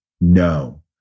No